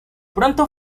pronto